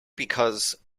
because